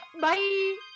Bye